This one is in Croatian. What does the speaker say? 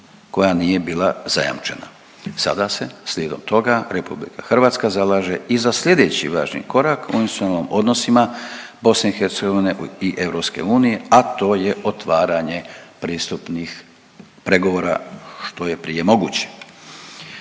koja nije bila zajamčena, sada se slijedom toga RH zalaže i za slijedeći važni korak u institucionalnim odnosima BiH i EU, a to je otvaranje pristupnih pregovora, što je prije moguće.